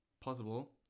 possible